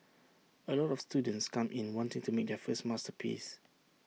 A lot of students come in wanting to make their first masterpiece